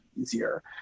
easier